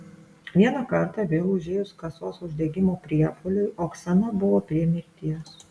vieną kartą vėl užėjus kasos uždegimo priepuoliui oksana buvo prie mirties